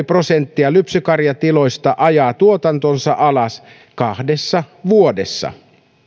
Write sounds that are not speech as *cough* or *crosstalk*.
*unintelligible* prosenttia lypsykarjatiloista ajaa tuotantonsa alas kahdessa vuodessa